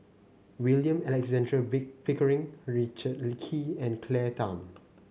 William Alexander Pickering Richard Kee and Claire Tham